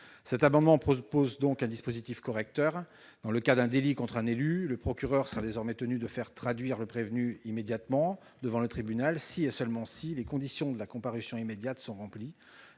Cet amendement prévoit un dispositif correcteur. Dans le cas d'un délit contre un élu, le procureur serait désormais tenu de faire traduire le prévenu sur-le-champ devant le tribunal, si et seulement si les conditions de la comparution immédiate sont remplies